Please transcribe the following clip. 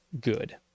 good